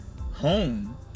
home